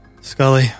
Scully